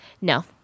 no